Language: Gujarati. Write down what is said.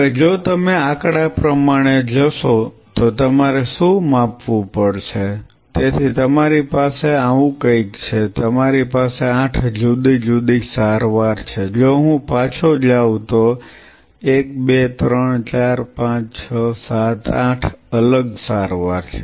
હવે જો તમે આંકડા પ્રમાણે જશો તો તમારે શું માપવું પડશે તેથી તમારી પાસે આવું કંઈક છે તમારી પાસે 8 જુદી જુદી સારવાર છે જો હું પાછો જાવ તો 1 2 3 4 5 6 7 8 અલગ સારવાર છે